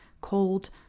cold